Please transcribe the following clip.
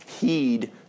heed